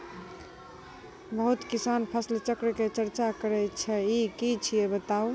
बहुत किसान फसल चक्रक चर्चा करै छै ई की छियै बताऊ?